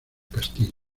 castillo